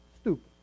Stupid